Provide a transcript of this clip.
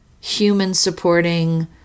human-supporting